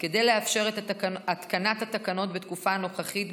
כדי לאפשר את התקנת התקנות בתקופת הנוכחית,